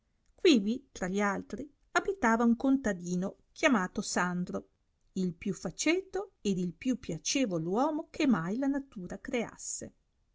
quivi tra gli altri abitava un contadino chiamato sandro il più faceto ed il più piacevol uomo che mai la natura creasse